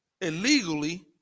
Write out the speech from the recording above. illegally